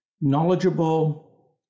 Knowledgeable